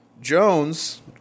Jones